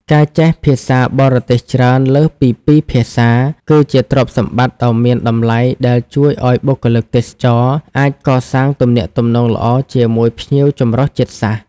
ការចេះភាសាបរទេសច្រើនលើសពីពីរភាសា គឺជាទ្រព្យសម្បត្តិដ៏មានតម្លៃដែលជួយឱ្យបុគ្គលិកទេសចរណ៍អាចកសាងទំនាក់ទំនងល្អជាមួយភ្ញៀវចម្រុះជាតិសាសន៍។